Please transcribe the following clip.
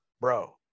bro